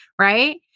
right